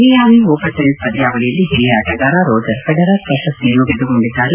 Miami Open tennis ಪಂದ್ಯಾವಳಿಯಲ್ಲಿ ಹಿರಿಯ ಆಟಗಾರ ರೋಜರ್ ಫೆಡರರ್ ಪ್ರಶಸ್ತಿಯನ್ನು ಗೆದ್ದುಕೊಂಡಿದ್ದಾರೆ